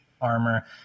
armor